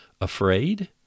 Afraid